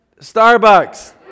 Starbucks